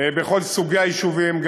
בכל סוגי היישובים,